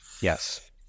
Yes